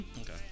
Okay